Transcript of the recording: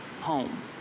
home